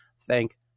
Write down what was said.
Thank